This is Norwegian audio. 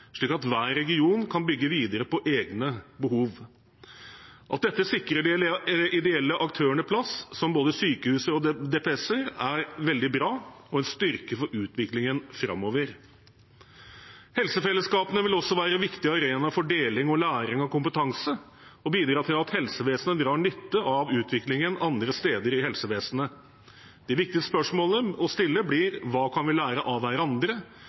slik at hver region kan bygge videre på egne behov. At dette sikrer de ideelle aktørene plass, som både sykehus og DPS-er, er veldig bra og en styrke for utviklingen framover. Helsefellesskapene vil også være en viktig arena for deling og læring av kompetanse og bidra til at helsevesenet drar nytte av utviklingen andre steder i helsevesenet. De viktige spørsmålene å stille blir: Hva kan vi lære av hverandre,